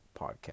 podcast